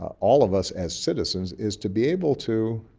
all of us as citizens, is to be able to